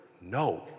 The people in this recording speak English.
No